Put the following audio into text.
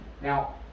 Now